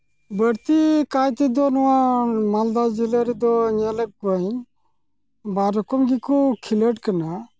ᱵᱟᱹᱲᱛᱤ ᱠᱟᱭᱛᱮᱫᱚ ᱱᱚᱣᱟ ᱢᱟᱞᱫᱡᱟ ᱡᱮᱞᱟ ᱨᱮᱫᱚ ᱧᱮᱞᱮᱫ ᱠᱚᱣᱟᱹᱧ ᱵᱟᱨ ᱨᱚᱠᱚᱢ ᱜᱮᱠᱚ ᱠᱷᱤᱞᱟᱹᱰ ᱠᱟᱱᱟ